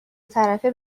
طرفه